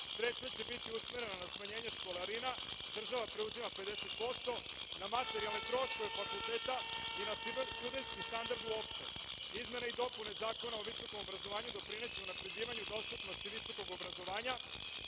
Sredstva će biti usmerena na smanjenje školarina, država preuzima 50% za materijalne troškove fakulteta i na studentski standard uopšte. Izmene i dopune Zakona o visokom obrazovanju doprineće unapređivanju i dostupnosti visokog obrazovanja